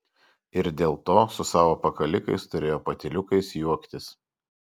ir dėl to su savo pakalikais turėjo patyliukais juoktis